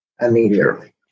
immediately